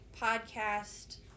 podcast